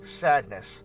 Sadness